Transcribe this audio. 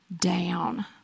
down